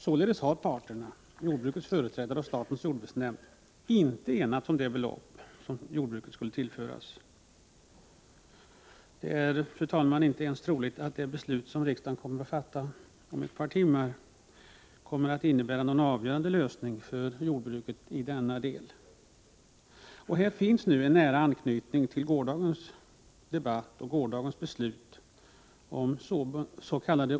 Således har parterna, jordbrukets företrädare och statens jordbruksnämnd, inte enats om det belopp som jordbruket skulle tillföras. Det är, fru talman, inte ens troligt att det beslut som riksdagen fattar om ett par timmar kommer att innebära någon avgörande lösning för jordbruket i denna del. Här finns en nära anknytning till gårdagens debatt och beslut då det gäller frågan om s .k.